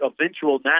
eventual